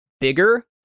bigger